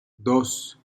dos